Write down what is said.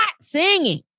singing